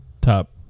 top